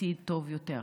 עתיד טוב יותר.